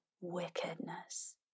wickedness